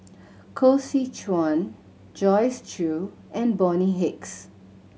Koh Seow Chuan Joyce Jue and Bonny Hicks